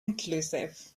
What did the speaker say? inclusive